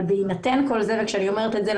אבל בהינתן כל זה וכשאני אומרת את זה,